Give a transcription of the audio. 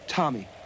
Tommy